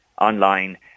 online